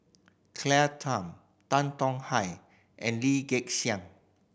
Claire Tham Tan Tong Hye and Lee Gek Seng